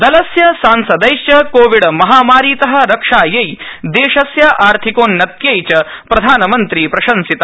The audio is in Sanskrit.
दलस्य सांसदैश्च कोविडमहामारीत रक्षायै देशस्य आर्थिकोन्नत्यै च प्रधानमंत्री प्रशंसित